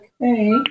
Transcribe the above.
Okay